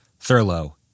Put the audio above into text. Thurlow